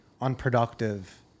unproductive